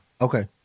Okay